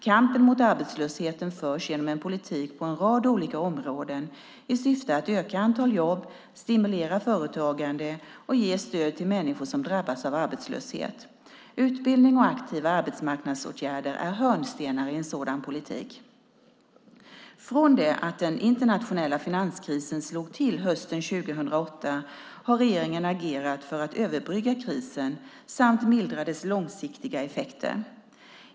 Kampen mot arbetslösheten förs genom en politik på en rad olika områden i syfte att öka antalet jobb, stimulera företagande och ge stöd till människor som drabbas av arbetslöshet. Utbildning och aktiva arbetsmarknadsåtgärder är hörnstenar i en sådan politik. Från det att den internationella finanskrisen slog till hösten 2008 har regeringen agerat för att överbrygga krisen samt mildra dess långsiktiga effekter.